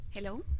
Hello